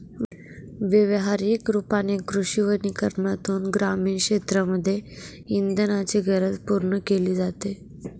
व्यवहारिक रूपाने कृषी वनीकरनातून ग्रामीण क्षेत्रांमध्ये इंधनाची गरज पूर्ण केली जाते